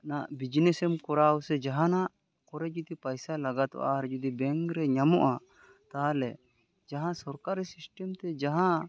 ᱱᱟᱜ ᱵᱤᱡᱽᱱᱮᱥᱮᱢ ᱠᱚᱨᱟᱣ ᱥᱮ ᱡᱟᱦᱟᱱᱟᱜ ᱠᱚᱨᱮ ᱡᱩᱫᱤ ᱯᱚᱭᱥᱟ ᱞᱟᱜᱟᱫᱚᱜᱼᱟ ᱟᱨ ᱡᱩᱫᱤ ᱵᱮᱝᱠ ᱨᱮ ᱧᱟᱢᱚᱜᱼᱟ ᱛᱟᱦᱚᱞᱮ ᱡᱟᱦᱟᱸ ᱥᱚᱨᱠᱟᱨᱤ ᱥᱤᱥᱴᱮᱢ ᱛᱮ ᱡᱟᱦᱟᱸ